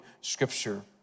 scripture